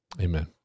amen